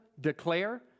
declare